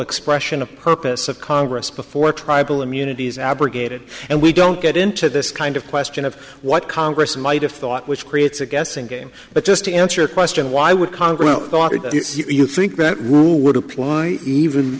expression of purpose of congress before tribal immunities abrogated and we don't get into this kind of question of what congress might have thought which creates a guessing game but just to answer question why would congress thought it you think that rule would apply even